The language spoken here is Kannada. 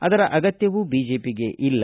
ಅದರ ಅಗತ್ಯವೂ ಬಿಜೆಪಿಗೆ ಇಲ್ಲ